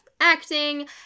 acting